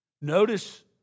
Notice